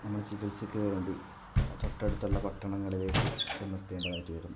നമ്മള് ചികിത്സക്ക് വേണ്ടി തൊട്ടടുത്തുള്ള പട്ടണങ്ങളിലേക്ക് ചെന്ന് എത്തേണ്ടതായിട്ട് വരുന്നു